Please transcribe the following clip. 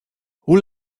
hoe